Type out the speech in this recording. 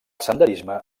senderisme